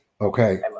Okay